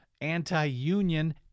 anti-union